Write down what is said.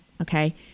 okay